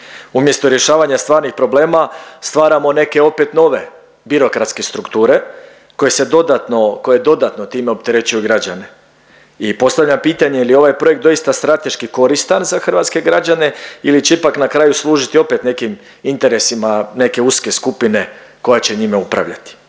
Umjesto rješavanja stvarnih problema, stvaramo neke opet nove, birokratske strukture koje se dodatno, koje dodatno time opterećuju građane i postavljam pitanje, je li ovaj projekt doista strateški koristan za hrvatske građane ili će ipak na kraju služiti opet nekim interesima neke uske skupine koja će njime upravljati?